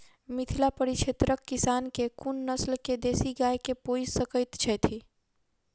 मिथिला परिक्षेत्रक किसान केँ कुन नस्ल केँ देसी गाय केँ पोइस सकैत छैथि?